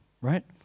right